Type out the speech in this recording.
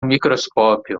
microscópio